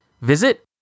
Visit